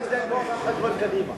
יותר.